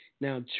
Now